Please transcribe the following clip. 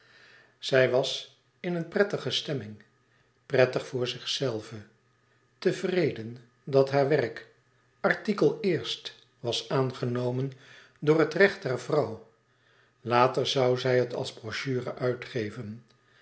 zij was in een prettige stemming prettig voor zichzelve tevreden dat haar werk artikel eerst was aangenomen door het recht der vrouw later zoû zij het als brochure uitgeven